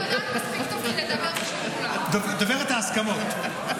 דוברת ההסכמות.